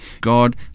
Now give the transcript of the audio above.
God